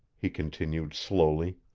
he continued slowly,